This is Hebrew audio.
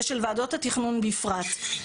ושל ועדות התכנון בפרט.